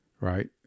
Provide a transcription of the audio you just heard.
right